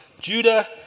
Judah